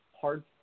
hard